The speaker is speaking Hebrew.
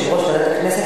יושב-ראש ועדת הכנסת,